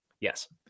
Yes